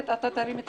כולם תורמים בכל